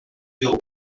bureau